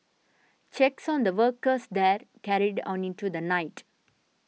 checks on the workers there carried on into the night